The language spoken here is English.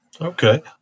Okay